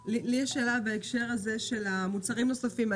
לי שאלה בהקשר למוצרים הנוספים.